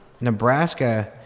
nebraska